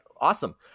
Awesome